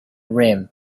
rim